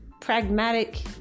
pragmatic